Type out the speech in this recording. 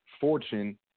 Fortune